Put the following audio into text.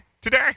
today